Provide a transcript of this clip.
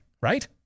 right